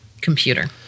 computer